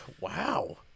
wow